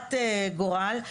גזירת גורל.